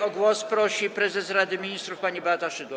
O głos prosi prezes Rady Ministrów pani Beata Szydło.